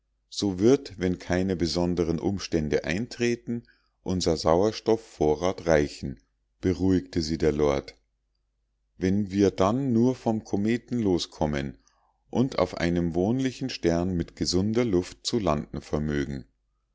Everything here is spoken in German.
so wird wenn keine besonderen umstände eintreten unser sauerstoffvorrat reichen beruhigte sie der lord wenn wir dann nur vom kometen loskommen und auf einem wohnlichen stern mit gesunder luft zu landen vermögen